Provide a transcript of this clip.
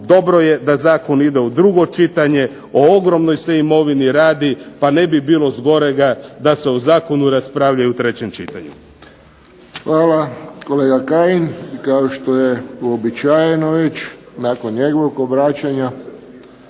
dobro je da zakon ide u drugo čitanje, o ogromnoj se imovini radi, pa ne bi bilo zgorega da se o zakonu raspravlja i u trećem čitanju. **Friščić, Josip (HSS)** Hvala kolega Kajin. Kao što je uobičajeno već, nakon njegovog obraćanja